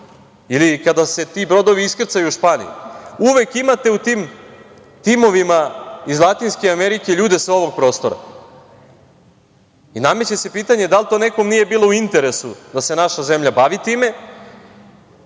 ili kada se ti brodovi iskrcaju u Španiju, uvek imate u tim timovima iz Latinske Amerike ljude sa ovog prostora, i nameće se pitanje da li to nekom nije bilo u interesu da se naša zemlja bavi time